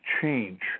change